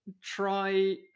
try